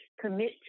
commit